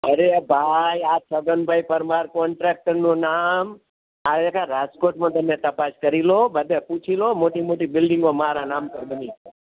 અરે ભાઈ આ છગનભાઇ પરમાર કોન્ટ્રાક્ટરનું નામ થાય આ આખા રાજકોટમાં તમે તપાસ કરી લો બધે પૂછી લો મોટી મોટી બિલ્ડિંગો મારા નામ પર બની છે